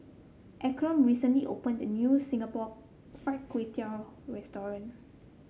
Ephram recently opened a new Singapore Fried Kway Tiao Restaurant